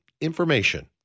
Information